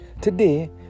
today